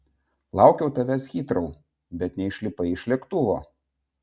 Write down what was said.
laukiau tavęs hitrou bet neišlipai iš lėktuvo